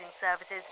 services